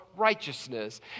Righteousness